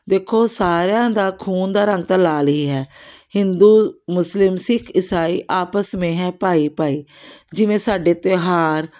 ਦੇਖੋ ਸਾਰਿਆਂ ਦਾ ਖੂਨ ਦਾ ਰੰਗ ਤਾਂ ਲਾਲ ਹੀ ਹੈ ਹਿੰਦੂ ਮੁਸਲਿਮ ਸਿੱਖ ਇਸਾਈ ਆਪਸ ਮੇਂ ਹੈ ਭਾਈ ਭਾਈ ਜਿਵੇਂ ਸਾਡੇ ਤਿਉਹਾਰ